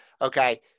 Okay